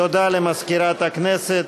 תודה למזכירת הכנסת.